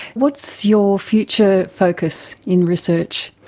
what's your future focus in research?